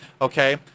okay